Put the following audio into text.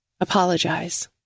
apologize